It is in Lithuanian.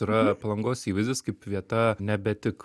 yra palangos įvaizdis kaip vieta nebe tik